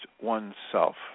oneself